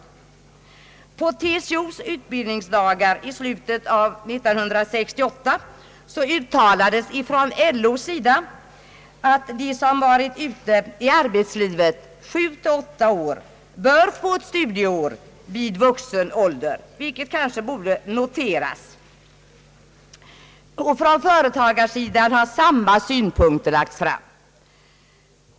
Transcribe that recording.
Under TCO:s utbildningsdagar i slutet av år 1968 uttalades också från LO att de som varit ute i arbetslivet sju till åtta år bör få ett studieår vid vuxen ålder, något som kanske borde noteras. Från företagarsidan har samma synpunkter lagts fram.